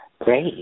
Great